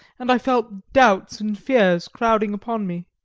and i felt doubts and fears crowding upon me.